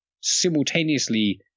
simultaneously